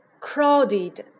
crowded